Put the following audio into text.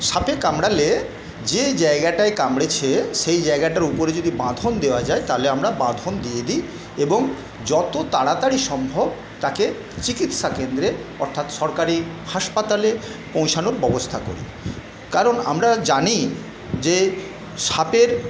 সাপে কামড়ালে যে জায়গাটায় কামড়েছে সেই জায়গাটার উপরে যদি বাঁধন দেওয়া যায় তাহলে আমরা বাঁধন দিয়ে দিই এবং যত তাড়াতাড়ি সম্ভব তাকে চিকিৎসাকেন্দ্রে অর্থাৎ সরকারি হাসপাতালে পৌঁছানোর ব্যবস্থা করি কারণ আমরা জানি যে সাপের